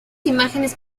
imágenes